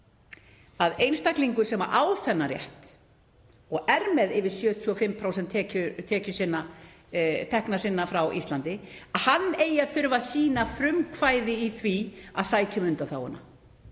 að einstaklingur sem á þennan rétt og er með yfir 75% tekna sinna frá Íslandi eigi að þurfa að sýna frumkvæði í því að sækja um undanþáguna,